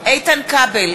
איתן כבל,